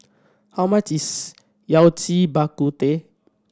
how much is Yao Cai Bak Kut Teh